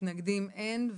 מתנגדים אין,